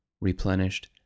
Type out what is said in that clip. replenished